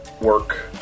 work